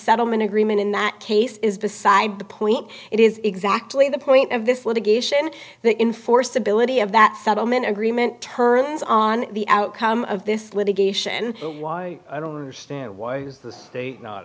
settlement agreement in that case is beside the point it is exactly the point of this litigation that in for stability of that settlement agreement turns on the outcome of this litigation why i don't understand why